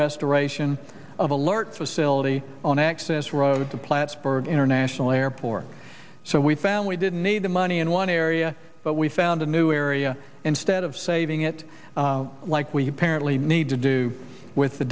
restoration of alert facility on access road to plattsburgh international airport so we found we didn't need the money in one area but we found a new area instead of saving it like we apparently need to do with the